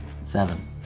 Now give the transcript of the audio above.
Seven